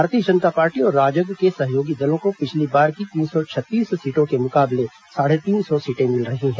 भारतीय जनता पार्टी और राजग के सहयोगी दलों को पिछली बार की तीन सौ छत्तीस सीटों के मुकाबले साढ़े तीन सौ सीटें मिल रही हैं